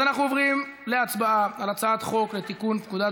אנחנו עוברים להצבעה על הצעת חוק לתיקון פקודת